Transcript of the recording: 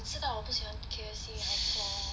你知道我不喜欢 K_F_C 你还 ca~